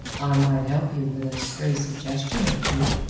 i might help you with a stray suggestion or two.